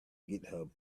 github